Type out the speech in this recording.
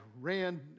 ran